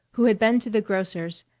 who had been to the grocer's,